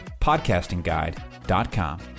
podcastingguide.com